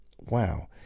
wow